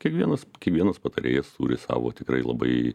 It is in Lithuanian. kiekvienas kiekvienas patarėjas turi savo tikrai labai